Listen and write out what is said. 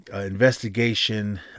Investigation